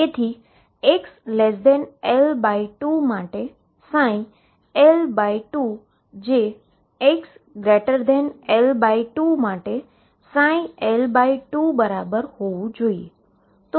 તેથી xL2 માટે L2 જે xL2 માટે L2 બરાબર હોવું જોઈએ